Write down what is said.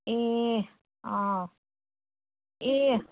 ए अँ ए